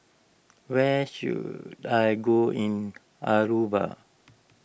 where should I go in Aruba